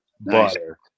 butter